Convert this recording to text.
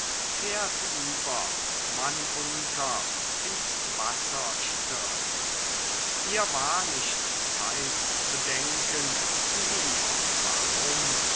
pferd über mann unter ins wasser stürzt hier war nicht zeit zu denken wie und warum